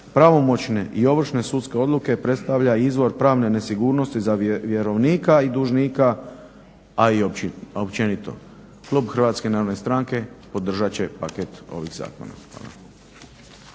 pravomoćne i ovršne sudske odluke predstavlja izvor pravne nesigurnosti za vjerovnika i dužnika, a i općenito. Klub HNS-a podržat će paket ovih zakona.